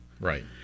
Right